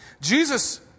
Jesus